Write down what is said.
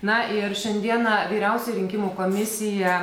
na ir šiandieną vyriausioji rinkimų komisija